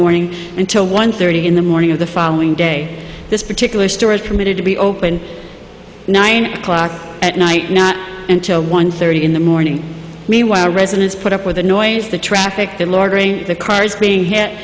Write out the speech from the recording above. morning until one thirty in the morning of the following day this particular store is permitted to be open nine o'clock at night not until one thirty in the morning meanwhile residents put up with the noise the traffic that lording the cars being hit